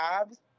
jobs